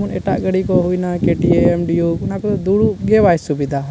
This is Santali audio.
ᱢᱮᱱ ᱮᱴᱟᱜ ᱜᱟᱹᱰᱤ ᱠᱚ ᱦᱩᱭᱱᱟ ᱠᱮ ᱴᱤ ᱮᱢ ᱰᱤᱭᱩᱠ ᱚᱱᱟ ᱠᱚᱫᱚ ᱫᱩᱲᱩᱵ ᱜᱮ ᱵᱟᱭ ᱥᱩᱵᱤᱫᱟ